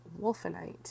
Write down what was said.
Wolfenite